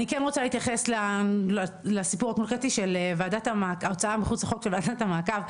אני כן רוצה להתייחס לסיפור של ההוצאה מחוץ לחוק של ועדת המעקב,